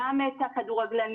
גם את הכדורגלנים.